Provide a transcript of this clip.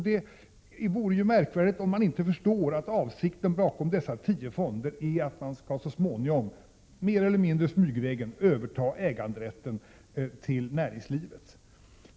Det vore ju märkvärdigt om man inte förstår att avsikten med dessa tio fonder är att så småningom mer eller mindre smygvägen ta över äganderätten i näringslivet.